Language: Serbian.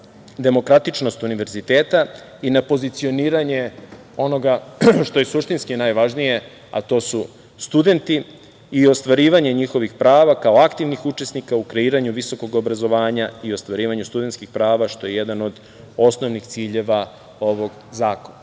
demokratičnost univerziteta i na pozicioniranje onoga šta je suštinski najvažnije, a to su studenti i ostvarivanje njihovih prava kao aktivnih učesnika u kreiranju visokog obrazovanja i ostvarivanju studentskih prava, što je jedan od osnovnih ciljeva ovog zakona. Dakle,